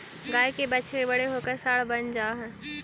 गाय के बछड़े बड़े होकर साँड बन जा हई